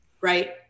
Right